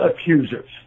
accusers